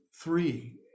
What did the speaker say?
three